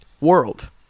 world